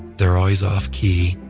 they're always off key.